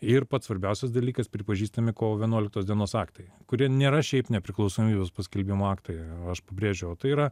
ir pats svarbiausias dalykas pripažįstami kovo vienuoliktos dienos aktai kurie nėra šiaip nepriklausomybės paskelbimo aktai aš pabrėžiau o tai yra